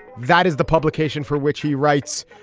that is the publication for which he writes.